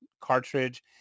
cartridge